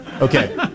Okay